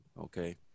okay